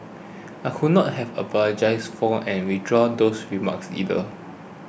I would not have apologised for and withdrawn those remarks either